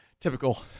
typical